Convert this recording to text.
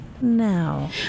now